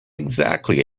exactly